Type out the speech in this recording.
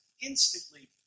instantly